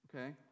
Okay